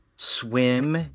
Swim